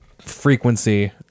frequency